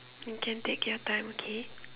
you can take your time okay